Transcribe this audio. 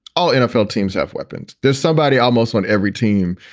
all nfl teams have weapons. there's somebody almost on every team.